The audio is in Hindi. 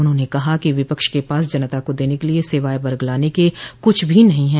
उन्होंने कहा कि विपक्ष के पास जनता को देने के लिये सिवाय बरगलाने के कुछ भी नहीं है